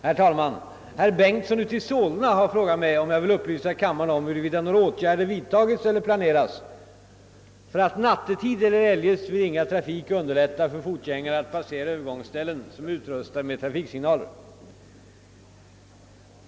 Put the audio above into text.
Herr talman! Herr Bengtson i Solna har frågat mig, om jag vill upplysa kammaren om huruvida några åtgärder vidtagits eller planeras för att nattetid eller eljest vid ringa trafik underlätta för fotgängare att passera övergångsställen, som är utrustade med trafiksignaler.